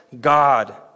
God